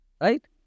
Right